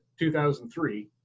2003